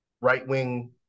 right-wing